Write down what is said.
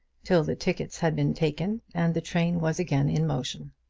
till the tickets had been taken and the train was again in motion.